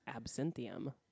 Absinthium